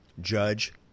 judge